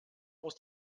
aus